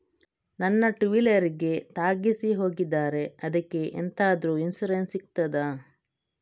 ನನ್ನ ಟೂವೀಲರ್ ಗೆ ತಾಗಿಸಿ ಹೋಗಿದ್ದಾರೆ ಅದ್ಕೆ ಎಂತಾದ್ರು ಇನ್ಸೂರೆನ್ಸ್ ಸಿಗ್ತದ?